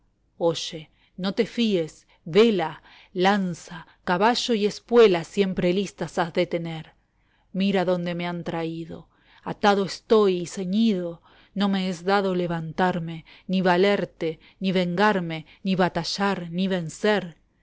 oye no te fíes vela lanza caballo y espuela siempre lista has de tener mira donde me han traído atado estoy y ceñido no me es dado levantarme ni valerte ni vengarme ni batallar ni vencer